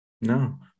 No